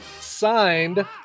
signed